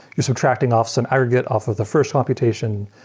you're subtracting off some aggregate off of the first computation.